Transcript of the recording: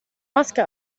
maske